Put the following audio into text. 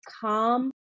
calm